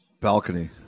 balcony